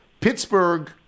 Pittsburgh